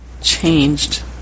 changed